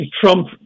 Trump